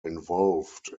involved